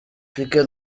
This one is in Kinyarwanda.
pique